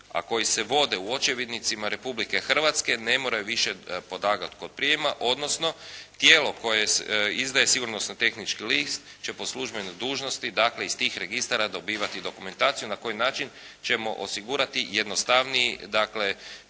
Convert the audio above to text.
a koji se vode u očevidnicima Republike Hrvatske ne moraju više …/Govornik se ne razumije./… tko prima, odnosno tijelo koje izdaje sigurnosno-tehnički list će po službenoj dužnosti dakle iz tih registara dobivati dokumentaciju na koji način ćemo osigurati jednostavniji dakle